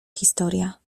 historia